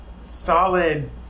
solid